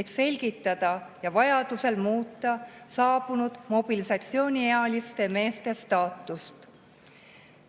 et selgitada välja ja vajaduse korral muuta saabunud mobilisatsiooniealiste meeste staatust.